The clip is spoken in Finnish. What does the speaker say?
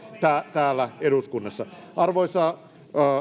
täällä eduskunnassa arvoisa